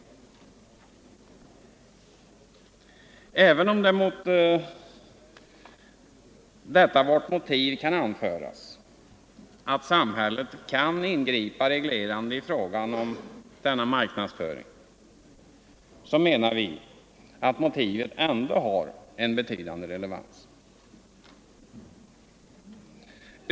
Även om det mot detta vårt motiv kan anföras att samhället kan ingripa reglerande i fråga om denna marknadsföring, så menar vi att motivet ändå har en betydande relevans.